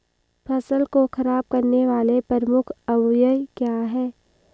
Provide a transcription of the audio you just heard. फसल को खराब करने वाले प्रमुख अवयव क्या है?